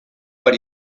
but